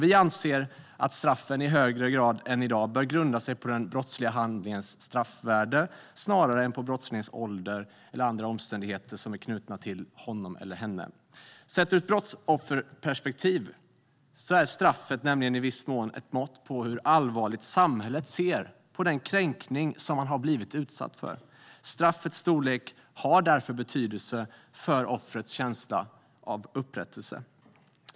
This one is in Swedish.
Vi anser att straffen i högre grad än i dag bör grunda sig på den brottsliga handlingens straffvärde, snarare än på brottslingens ålder eller andra omständigheter som är knutna till honom eller henne. Sett ur ett brottsofferperspektiv är straffet nämligen i viss mån ett mått på hur allvarligt samhället ser på den kränkning som man har blivit utsatt för. Straffets storlek har därför betydelse för offrets känsla av upprättelse.